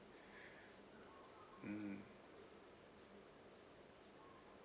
mm